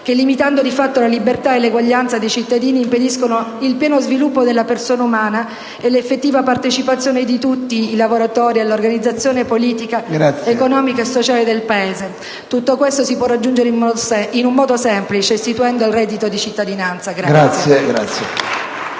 che, limitando di fatto la libertà e l'eguaglianza dei cittadini, impediscono il pieno sviluppo della persona umana e l'effettiva partecipazione di tutti i lavoratori all'organizzazione politica, economica e sociale del Paese». Tutto questo si può raggiungere in un modo semplice: istituendo il reddito di cittadinanza.